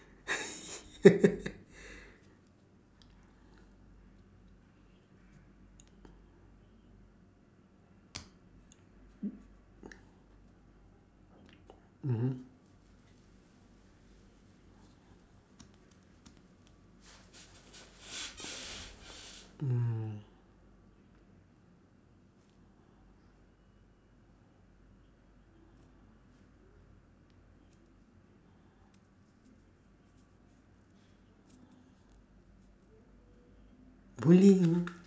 bowling